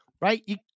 Right